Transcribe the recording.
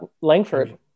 Langford